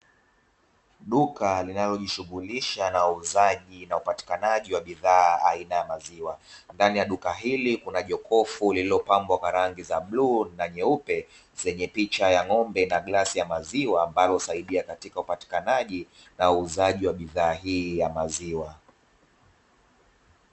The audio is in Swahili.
Duka linalojishughulisha na uuzaji wa bidhaa ya upatikanaji wa bidhaa aina ya maziwa. Ndani ya duka hili kuna jokofu lililopambwa kwa rangi za buluu na nyeupe zenye picha ya ng'ombe na glasi ya maziwa ambalo husaidia katika upatikanaji na uuzaji wa bidhaa hii ya maziwa.